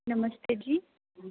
नमस्ते जी